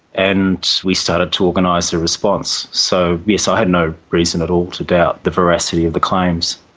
and we started to organise the response. so, yes, i had no reason at all to doubt the veracity of the claims.